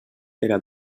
era